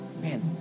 man